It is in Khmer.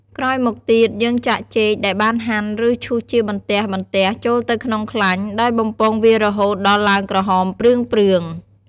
ក្រោយមកទៀត យើងចាក់ចេកចែលបានហាន់ ឬ ឈូសជាបន្ទះៗចូលទៅក្នុងខ្លាញ់ ដោយបំពងវារហូតដល់ឡើងក្រហមព្រឿងៗ។